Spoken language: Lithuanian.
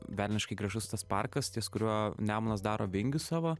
velniškai gražus tas parkas ties kuriuo nemunas daro vingius savo